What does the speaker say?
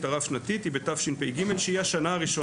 הרב-שנתית היא בתשפ"ג שהיא השנה הראשונה.